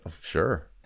Sure